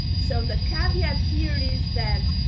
so the caveat here is that